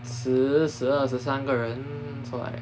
十十二十三个人 so like